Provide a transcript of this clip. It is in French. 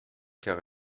car